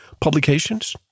publications